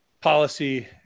policy